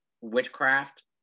witchcraft